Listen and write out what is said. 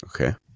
Okay